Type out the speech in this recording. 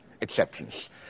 exceptions